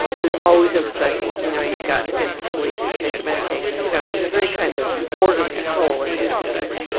he was always emphasising, you know you've got to get sleep, take your medications you know he was a very kind of orderly soul in many respects.